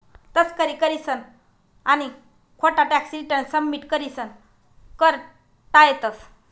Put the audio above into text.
तस्करी करीसन आणि खोटा टॅक्स रिटर्न सबमिट करीसन कर टायतंस